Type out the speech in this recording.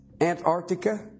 Antarctica